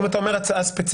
אם אתה אומר הצעה ספציפית,